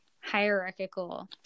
hierarchical